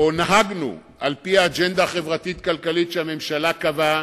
שנהגנו על-פי האג'נדה החברתית-כלכלית שהממשלה קבעה,